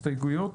הסתייגויות?